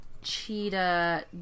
cheetah